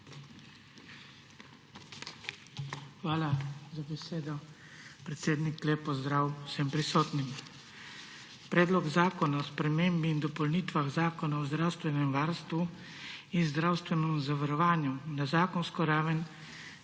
Hvala za besedo, predsednik. Lep pozdrav vsem prisotnim! Predlog zakona o spremembi in dopolnitvah Zakona o zdravstvenem varstvu in zdravstvenem zavarovanju na zakonsko raven